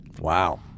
Wow